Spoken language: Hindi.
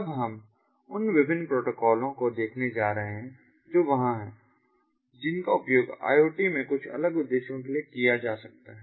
अब हम उन विभिन्न प्रोटोकॉलों को देखने जा रहे हैं जो वहां हैं जिनका उपयोग IoT में कुछ अलग उद्देश्यों के लिए किया जा सकता है